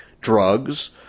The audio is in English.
drugs